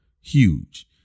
huge